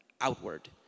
outward